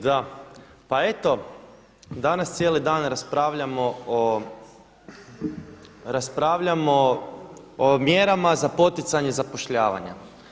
Da, pa eto danas cijeli dan raspravljamo o, raspravljamo o mjerama za poticanje zapošljavanja.